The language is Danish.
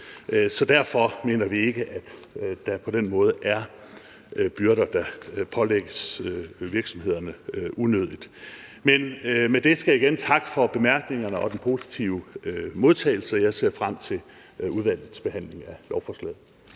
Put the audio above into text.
Derfor mener vi ikke, at der på den måde er byrder, der pålægges virksomhederne unødigt. Med det skal jeg igen takke for bemærkningerne og den positive modtagelse. Jeg ser frem til udvalgets behandling af lovforslaget.